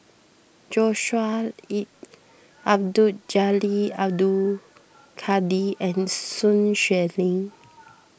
Joshua Ip Abdul Jalil Abdul Kadir and Sun Xueling